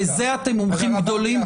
בזה אתם מומחים גדולים,